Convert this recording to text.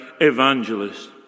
evangelist